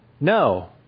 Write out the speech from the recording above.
No